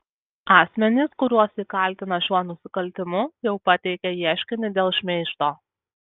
asmenys kuriuos ji kaltina šiuo nusikaltimu jau pateikė ieškinį dėl šmeižto